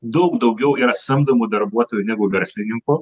daug daugiau yra samdomų darbuotojų negu verslininkų